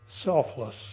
selfless